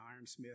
ironsmith